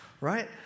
right